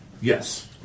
Yes